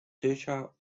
duchamp